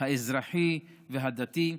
האזרחי והדתי,